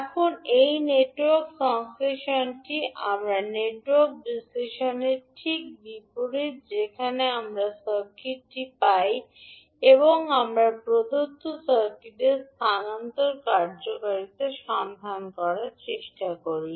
এখন এই নেটওয়ার্ক সংশ্লেষণটি আমাদের নেটওয়ার্ক বিশ্লেষণের ঠিক বিপরীতে যেখানে আমরা সার্কিটটি পাই এবং আমরা প্রদত্ত সার্কিটের স্থানান্তর কার্যকারিতা সন্ধান করার চেষ্টা করি